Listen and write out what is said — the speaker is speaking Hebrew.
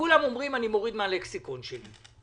"כולם אומרים" אני מוריד מן הלקסיקון שלי.